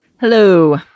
Hello